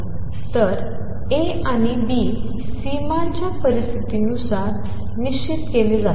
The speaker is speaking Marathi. तर A आणि B सीमांच्या परिस्थितीनुसार निश्चित केले जातात